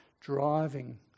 driving